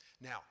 Now